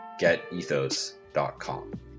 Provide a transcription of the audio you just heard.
GetEthos.com